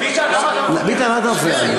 ביטן למה אתה מפריע?